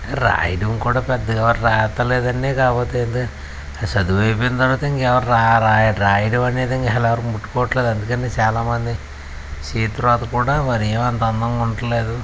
రాయడం కూడా పెద్దగా రాత లేదు అండి కాకపోతే ఏంటంటే చదువు అయిపోతే ఎవరు రాయరు రాయడం అనేది ఎవరు ముట్టుకోవడం లేదు అందుకే చాలా మంది చేతిరాత కూడా మరి ఏమి అంత అందంగా ఉండడం లేదు